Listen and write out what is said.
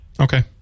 Okay